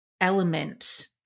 element